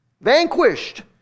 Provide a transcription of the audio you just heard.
Vanquished